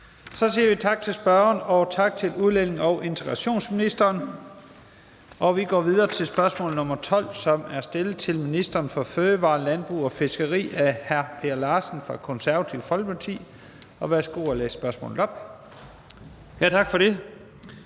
Så siger vi tak til spørgeren og tak til udlændinge- og integrationsministeren. Og vi går videre til spørgsmål nr. 12, som er stillet til ministeren for fødevarer, landbrug og fiskeri af hr. Per Larsen fra Det Konservative Folkeparti. Kl. 14:26 Spm. nr. S 399 12) Til